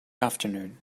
afternoon